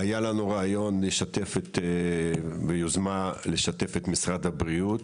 היה לנו רעיון ביוזמה לשתף את משרד הבריאות